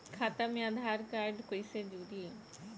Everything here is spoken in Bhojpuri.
खाता मे आधार कार्ड कईसे जुड़ि?